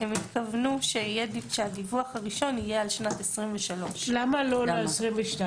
הם התכוונו שהדיווח הראשון יהיה על שנת 2023. למה לא על 2022?